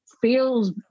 feels